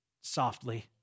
softly